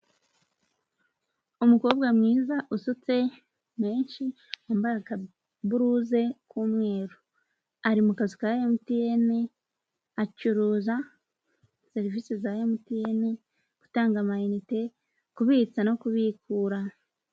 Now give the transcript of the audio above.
Umukobwa mwiza usutse menshi wambaye akaburuze k'umweru, ari mu kazi MTN, acuruza serivise za MTN, gutanga amayinite, kubitsa no kubikura.